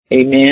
Amen